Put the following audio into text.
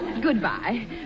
Goodbye